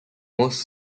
most